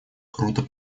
круто